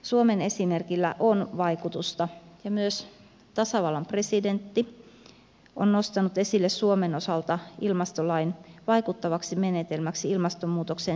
suomen esimerkillä on vaikutusta ja myös tasavallan presidentti on nostanut esille ilmastolain suomen osalta vaikuttavaksi menetelmäksi ilmastonmuutoksen hillinnässä